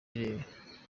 birere